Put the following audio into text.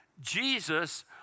Jesus